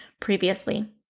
previously